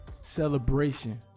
celebration